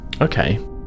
Okay